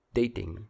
dating